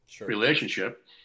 relationship